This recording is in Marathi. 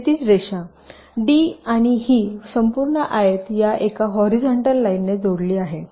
क्षैतिज रेखा डी आणि ही संपूर्ण आयत या एका हॉरीझॉन्टल लाईनने जोडली आहे